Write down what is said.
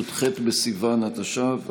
י"ח בסיוון התש"ף,